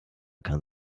kann